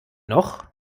noch